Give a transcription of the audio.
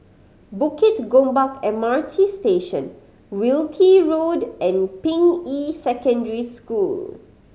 Bukit Gombak M R T Station Wilkie Road and Ping Yi Secondary School